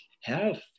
health